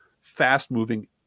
fast-moving